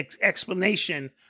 explanation